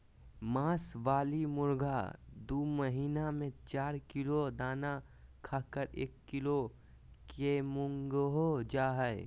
मांस वाली मुर्गी दू महीना में चार किलो दाना खाकर एक किलो केमुर्गीहो जा हइ